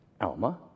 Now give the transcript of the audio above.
Alma